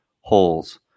holes